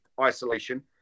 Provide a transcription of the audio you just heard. isolation